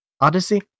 Odyssey